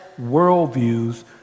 worldviews